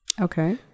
Okay